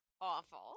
awful